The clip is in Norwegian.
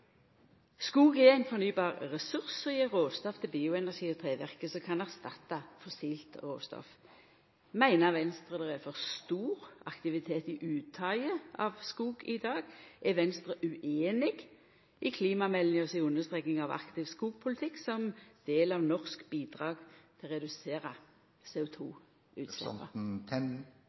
Skog er ein fornybar ressurs og gjev råstoff til bioenergi og trevirke som kan erstatta fossilt råstoff. Meiner Venstre det er for stor aktivitet i uttaket av skog i dag? Er Venstre ueinig i klimameldinga si understreking av aktiv skogpolitikk som del av norsk bidrag til å